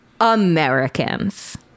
Americans